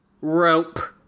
Rope